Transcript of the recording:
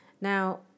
Now